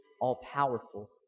all-powerful